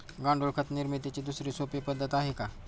गांडूळ खत निर्मितीची दुसरी सोपी पद्धत आहे का?